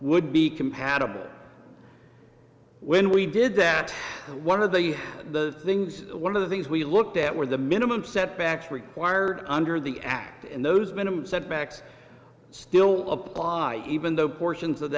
would be compatible when we did that one of the the things one of the things we looked at were the minimum setbacks required under the act in those minimum setbacks still apply even though portions of